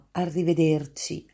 arrivederci